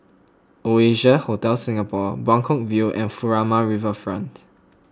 Oasia Hotel Singapore Buangkok View and Furama Riverfront